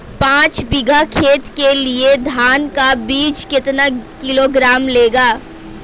पाँच बीघा खेत के लिये धान का बीज कितना किलोग्राम लगेगा?